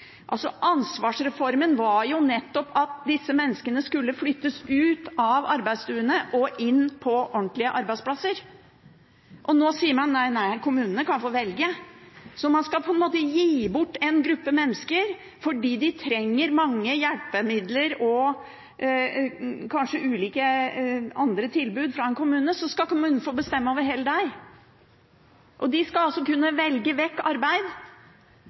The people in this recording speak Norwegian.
Ansvarsreformen handlet jo nettopp om at disse menneskene skulle flyttes ut av arbeidsstuene og inn på ordentlige arbeidsplasser. Og nå sier man at nei, kommunene kan få velge. Så man skal på en måte gi bort en gruppe mennesker; fordi de trenger mange hjelpemidler og kanskje ulike andre typer tilbud fra en kommune, så skal kommunen få bestemme over hele deg, og de skal altså kunne velge vekk arbeid